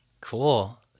Cool